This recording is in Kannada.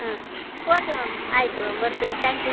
ಹಾಂ ಓಕೆ ಮ್ಯಾಮ್ ಆಯಿತು ಮ್ಯಾಮ್ ಬರ್ತೀವಿ ತ್ಯಾಂಕ್ ಯು